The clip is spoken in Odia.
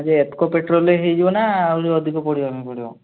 ଏଫ୍ କୋ ପେଟ୍ରୋଲରେ ହୋଇଯିବ ନା ଆହୁରି ଅଧିକ ପଡିବା ପାଇଁ ପଡିବ